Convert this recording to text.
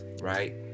right